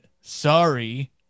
sorry